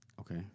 Okay